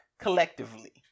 collectively